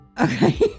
Okay